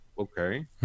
Okay